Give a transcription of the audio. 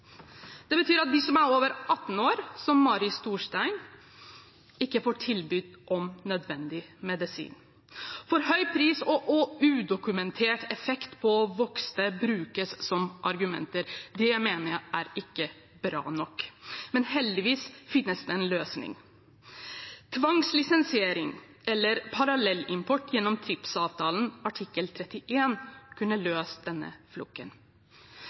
Det betyr at de som er over 18 år, som Mari Storstein, ikke får tilbud om nødvendig medisin, fordi høy pris og udokumentert effekt hos voksne brukes som argument. Det mener jeg ikke er bra nok. Men heldigvis finnes det en løsning. Tvangslisensiering eller parallellimport gjennom TRIPS-avtalens artikkel 31 kunne løst denne